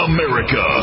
America